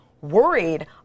worried